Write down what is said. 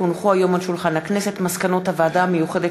כי הונחו היום על שולחן הכנסת מסקנות הוועדה המיוחדת